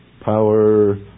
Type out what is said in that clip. power